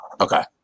Okay